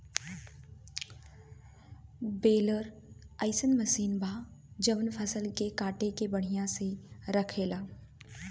baler अइसन machine बा जवन फसल के काट के बढ़िया से रखेले